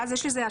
שאז יש השלכות